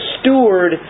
steward